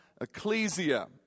ecclesia